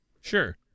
Sure